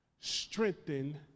strengthen